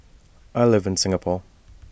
I live in Singapore